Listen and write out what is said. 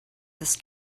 this